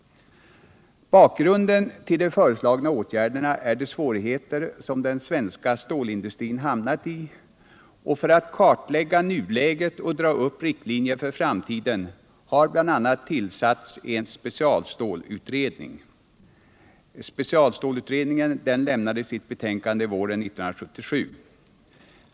Bakgrunden till de föreslagna åtgärderna är de svårigheter som den svenska stålindustrin hamnat i, och för att kartlägga nuläget och dra upp riktlinjer för framtiden har bl.a. tillsatts en specialstålutredning, som lämnade sitt betänkande våren 1977.